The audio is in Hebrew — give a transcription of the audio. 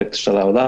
בהקשר של העולם,